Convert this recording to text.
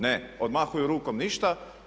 Ne, odmahuju rukom ništa.